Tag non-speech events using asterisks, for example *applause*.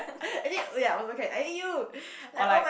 *laughs* ya was okay I need you or like